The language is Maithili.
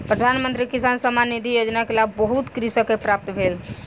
प्रधान मंत्री किसान सम्मान निधि योजना के लाभ बहुत कृषक के प्राप्त भेल